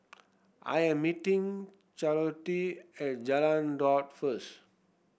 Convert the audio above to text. I am meeting Charlottie at Jalan Daud first